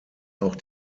auch